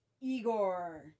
Igor